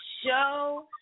show